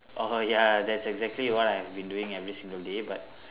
orh ya that's exactly what I've been doing every single day but